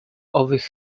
owych